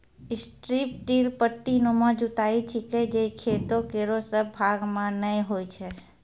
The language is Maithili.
स्ट्रिप टिल पट्टीनुमा जुताई छिकै जे खेतो केरो सब भाग म नै होय छै